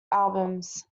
albums